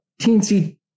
teensy